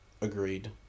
Agreed